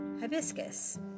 Hibiscus